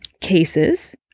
cases